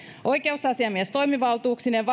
oikeusasiamies toimivaltuuksineen